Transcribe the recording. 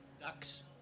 ducks